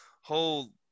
whole